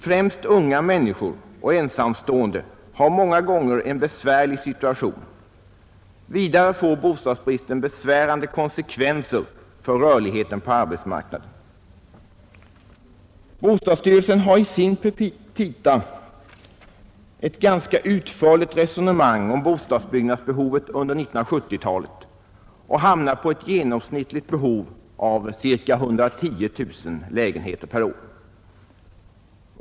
Främst unga människor och ensamstående har många gånger en besvärlig situation, Vidare får bostadsbristen besvärande konsekvenser för rörligheten på arbetsmarknaden. Bostadsstyrelsen för i sina petita ett ganska utförligt resonemang om bostadsbyggnadsbehovet under 1970-talet och hamnar på ett genomsnittligt behov av ca 110 000 lägenheter per år.